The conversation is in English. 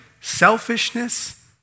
selfishness